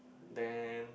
then